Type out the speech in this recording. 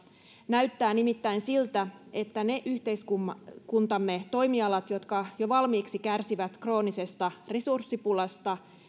näyttää nimittäin siltä että ne yhteiskuntamme toimialat jotka jo valmiiksi kärsivät kroonisesta resurssipulasta